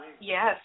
Yes